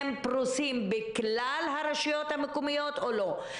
פרוסים בכלל הרשויות המקומיות או לא.